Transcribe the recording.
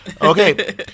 Okay